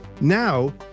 Now